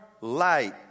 light